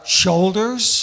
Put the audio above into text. shoulders